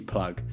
Plug